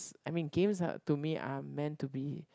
I mean games are to me are meant to be